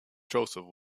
joseph